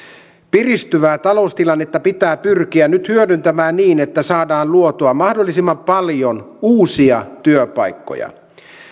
piristyvää taloustilannetta pitää pyrkiä nyt hyödyntämään niin että saadaan luotua mahdollisimman paljon uusia työpaikkoja